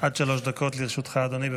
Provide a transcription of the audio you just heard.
שלוש דקות לרשותך, אדוני.